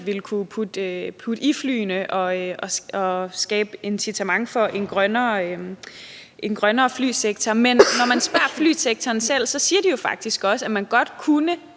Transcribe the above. hurtigt ville kunne putte i flyene og dermed skabe incitament for en grønnere flysektor. Men når man spørger flysektoren selv, siger de faktisk også, at man godt kunne